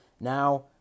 Now